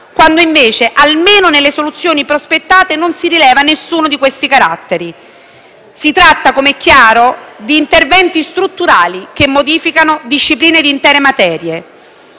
quando invece, almeno nelle soluzioni prospettate, non si rileva nessuno di questi caratteri. Si tratta, com'è chiaro, di interventi strutturali che modificano discipline di intere materie.